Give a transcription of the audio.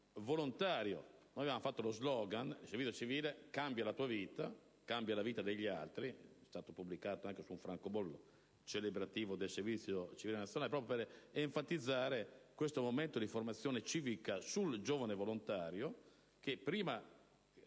Noi avevamo fatto lo slogan: «Il servizio civile cambia la tua vita e cambia la vita degli altri», che è stato stampato anche su un francobollo celebrativo del servizio civile nazionale, proprio per enfatizzare questo momento di formazione civica del giovane volontario, che prima